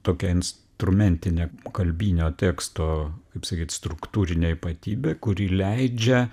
tokia instrumentinė kalbinio teksto kaip sakyt struktūrinė ypatybė kuri leidžia